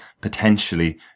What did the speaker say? potentially